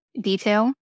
detail